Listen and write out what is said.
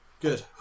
good